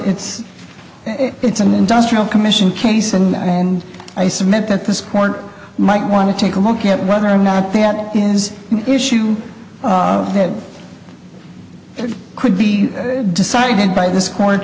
it's it's an industrial commission case and i and i submit that this court might want to take a look at whether or not that is issue that could be decided by this